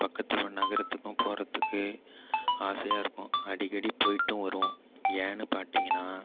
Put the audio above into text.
பக்கத்துள்ள நகரத்துக்கும் போகறதுக்கு ஆசையாக இருக்கும் அடிக்கடி போயிட்டும் வருவோம் ஏன்னு பார்த்திங்கனா